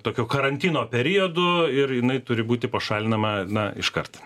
tokio karantino periodu ir jinai turi būti pašalinama na iškart